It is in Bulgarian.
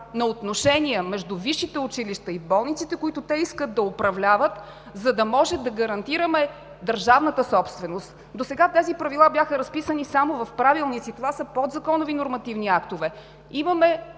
на отношения между висшите училища и болниците, които те искат да управляват, ние гарантираме държавната собственост. Досега тези правила бяха разписани само в правилници – това са подзаконови нормативни актове.